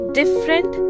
different